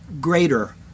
greater